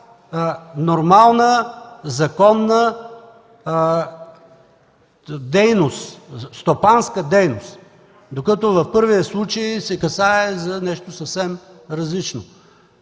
една нормална законна стопанска дейност. Докато в първия случай се касае за нещо съвсем различно.